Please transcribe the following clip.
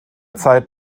zeit